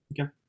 okay